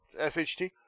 SHT